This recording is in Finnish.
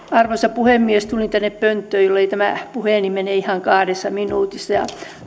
arvoisa puhemies tulin tänne pönttöön jollei tämä puheeni mene ihan kahdessa minuutissa